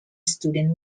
student